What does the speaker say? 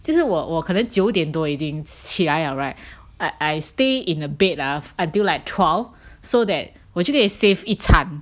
其实我我可能九点多已经起来 liao right I I stay in a bed ah until like twelve so that 我就可以 save 一餐